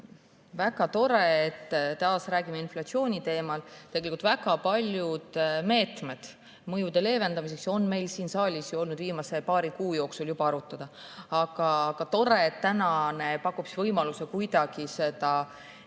Väga tore, et taas räägime inflatsiooni teemal. Tegelikult väga paljud meetmed mõjude leevendamiseks on meil siin saalis olnud viimase paari kuu jooksul juba arutada, aga tore, et täna saime võimaluse kuidagi nii